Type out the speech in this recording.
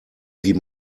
wie